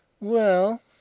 Well